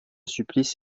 supplice